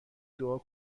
دعا